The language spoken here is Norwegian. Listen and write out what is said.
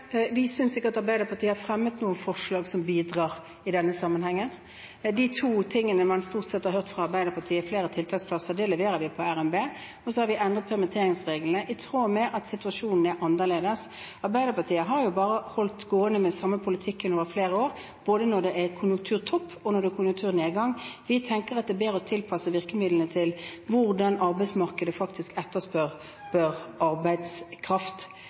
Vi synes ikke at Arbeiderpartiet har fremmet noe forslag som bidrar i denne sammenhengen. De tingene man stort sett har hørt fra Arbeiderpartiet, er flere tiltaksplasser – det leverer vi på i revidert nasjonalbudsjett – og så har vi endret permitteringsreglene i tråd med at situasjonen er annerledes. Arbeiderpartiet har bare holdt det gående med den samme politikken over flere år, både når det er konjunkturtopp, og når det er konjunkturnedgang. Vi tenker at det er bedre å tilpasse virkemidlene til hvordan arbeidsmarkedet faktisk etterspør arbeidskraft.